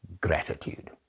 Gratitude